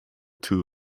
too